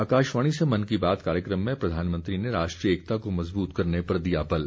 आकाशवाणी से मन की बात कार्यक्रम में प्रधानमंत्री ने राष्ट्रीय एकता को मजबूत करने पर दिया बल